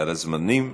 על הזמנים,